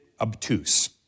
obtuse